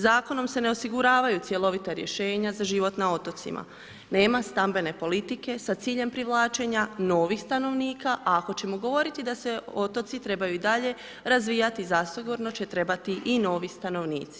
Zakonom se ne osiguravaju cjelovita rješenja za život na otocima, nema stambene politike sa ciljem privlačenja novih stanovnika, a ako ćemo govoriti da se otoci trebaju i dalje razvijati zasigurno će trebati i novi stanovnici.